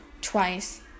twice